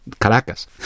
Caracas